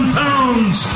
pounds